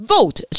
？Vote